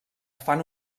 fan